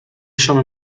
شام